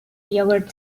yogurt